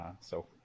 so-